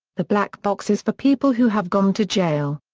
the black box is for people who have gone to jail.